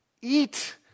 Eat